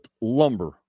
lumber